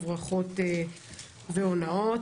בהברחות ובהונאות.